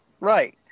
right